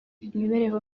imibereho